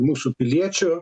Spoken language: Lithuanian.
mūsų piliečių